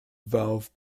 valve